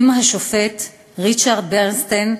את השופט ריצ'רד ברנסטין,